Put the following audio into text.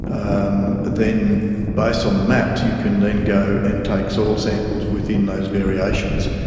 um then based on the maps you can then go and take soil samples within those variations,